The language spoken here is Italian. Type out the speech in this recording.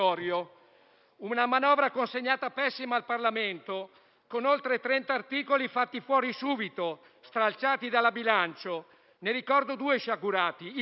una manovra consegnata pessima al Parlamento, con oltre 30 articoli fatti fuori subito, stralciati dalla Commissione bilancio. Ne ricordo due, sciagurati. Il primo